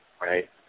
Right